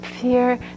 fear